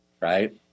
right